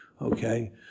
okay